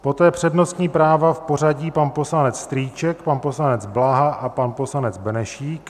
Poté přednostní práva v pořadí pan poslanec Strýček, pan poslanec Blaha a pan poslanec Benešík.